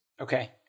Okay